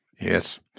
Yes